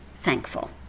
thankful